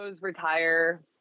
retire